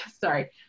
Sorry